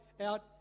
out